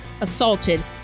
assaulted